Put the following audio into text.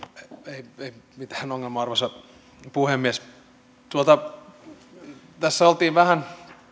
ei ei mitään ongelmaa arvoisa puhemies tässä oltiin vähän